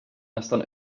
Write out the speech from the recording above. nästan